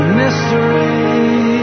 mystery